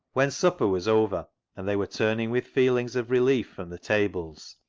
when supper was over and they were turn ing with feelings of relief from the tables,